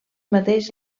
mateix